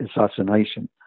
assassination